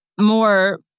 more